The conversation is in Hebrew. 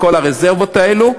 מכל הרזרבות האלה,